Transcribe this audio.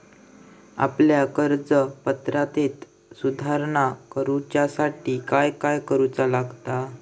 आपल्या कर्ज पात्रतेत सुधारणा करुच्यासाठी काय काय करूचा लागता?